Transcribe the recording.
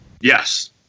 Yes